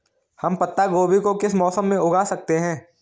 हम पत्ता गोभी को किस मौसम में उगा सकते हैं?